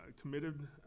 committed